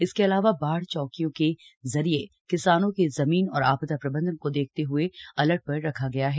इसके अलावा बाढ़ चैकियों के जरिए किसानों की जमीन और आपदा प्रबंधन को देखते हुए अलर्ट पर रखा गया है